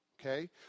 Okay